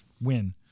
win